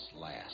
last